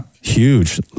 Huge